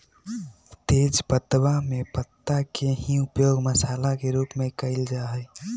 तेजपत्तवा में पत्ता के ही उपयोग मसाला के रूप में कइल जा हई